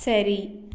சரி